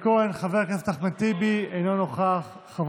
שיהיה מאבטח בחוץ.